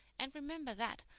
and remember that,